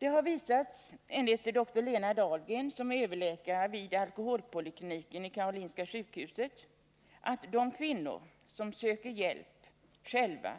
Det har visats enligt uppgifter från Lena Dahlgren, som är överläkare vid alkoholpolikliniken på Karolinska sjukhuset, att de kvinnor som söker hjälp själva